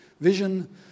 Vision